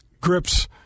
grips